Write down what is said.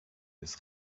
des